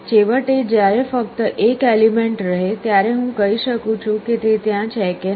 છેવટે જ્યારે ફક્ત 1 એલિમેન્ટ રહે ત્યારે હું કહી શકું છું કે તે ત્યાં છે કે નહીં